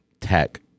tech